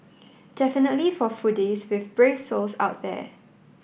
definitely for foodies with brave souls out there